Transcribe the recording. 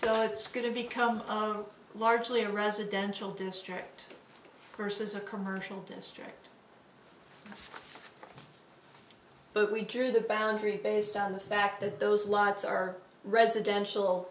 so it's going to become largely a residential district versus a commercial district but we drew the boundary based on the fact that those lights are residential